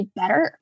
better